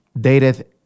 dated